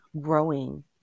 growing